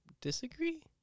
disagree